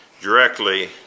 directly